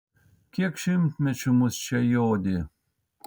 kiek šimtmečių mus čia jodė